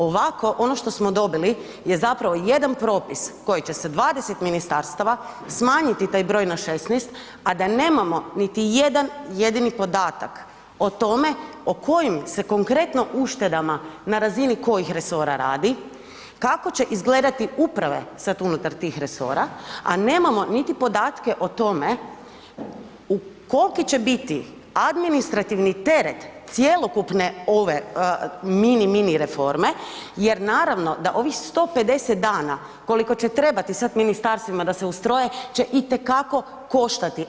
Ovako ono što smo dobili je jedan propis koji će sa 20 ministarstava smanjiti taj broj na 16, a da nemamo niti jedan jedini podatak o tome o kojim se konkretno uštedama na razini kojih resora radi, kako će izgledati uprave sada unutar tih resora, a nemamo niti podatke o tome koliki će biti administrativni teret cjelokupne ove mini, mini reforme jer naravno da ovi 150 dana koliko će trebati sada ministarstvima da se ustroje će itekako koštati.